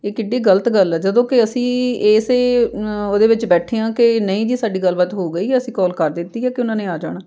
ਇਹ ਕਿੱਡੀ ਗਲਤ ਗੱਲ ਹੈ ਜਦੋਂ ਕਿ ਅਸੀਂ ਇਸੇ ਉਹਦੇ ਵਿੱਚ ਬੈਠੇ ਹਾਂ ਕਿ ਨਹੀਂ ਜੀ ਸਾਡੀ ਗੱਲਬਾਤ ਹੋ ਗਈ ਅਸੀਂ ਕੋਲ ਕਰ ਦਿੱਤੀ ਹੈ ਕਿ ਉਹਨਾਂ ਨੇ ਆ ਜਾਣਾ